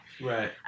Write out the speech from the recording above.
Right